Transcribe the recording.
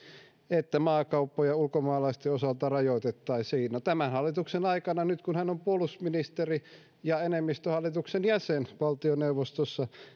että maakauppoja ulkomaalaisten osalta rajoitettaisiin no tämän hallituksen aikana nyt kun hän on puolustusministeri ja enemmistöhallituksen jäsen valtioneuvostossa